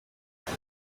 aya